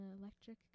electric